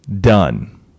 Done